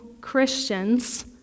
Christians